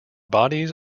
bodies